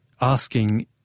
asking